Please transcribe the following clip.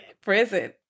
Prison